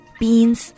beans